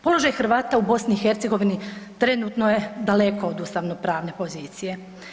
Položaj Hrvata u BiH trenutno je daleko od ustavnopravne pozicije.